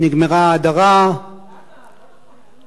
נגמרה ההדרה, למה?